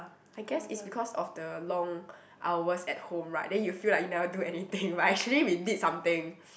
I guess it's because of the long hours at home right then you feel like you never do anything but actually we did something